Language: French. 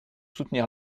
soutenir